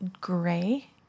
gray